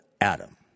Adam